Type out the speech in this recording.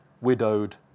widowed